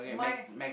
my